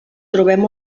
trobem